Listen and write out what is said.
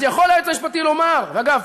אז יכול היועץ המשפטי לומר, אגב,